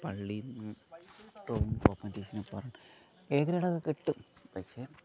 പള്ളിയിൽ നിന്ന് ഡ്രോയിങ് കോമ്പറ്റീഷന് പോകാറുണ്ട് ഏ ഗ്രേഡത് കിട്ടും പൈസ ആണ്